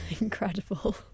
Incredible